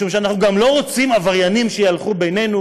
משום שאנחנו גם לא רוצים יותר מדי עבריינים שיהלכו בינינו.